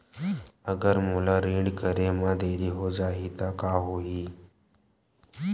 अगर मोला ऋण करे म देरी हो जाहि त का होही?